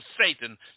Satan